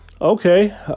Okay